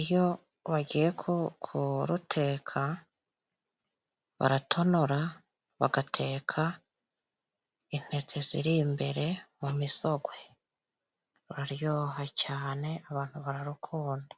iyo bagiye kuruteka baratonora, bagateka intete ziri imbere mu misogwe. Ruraryoha cyane, abantu bararukunda.